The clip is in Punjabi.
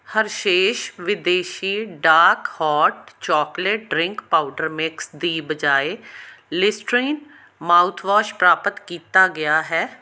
ਹਰਸ਼ੇਸ ਵਿਦੇਸ਼ੀ dark hot chocolate drink powder mix ਦੀ ਬਜਾਏ ਲਿਸਟਰੀਨ ਮਾਉਥਵਾਸ਼ ਪ੍ਰਾਪਤ ਕੀਤਾ ਗਿਆ ਹੈ